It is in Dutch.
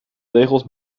tegels